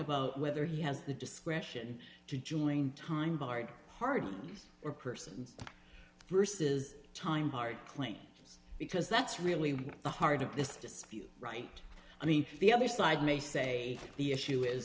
about whether he has the discretion to doing time barred hard or persons versus time hard claims because that's really the heart of this dispute right i mean the other side may say the issue is